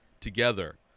together